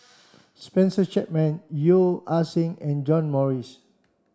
Spencer Chapman Yeo Ah Seng and John Morrice